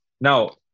Now